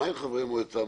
מה עם חברי המועצה?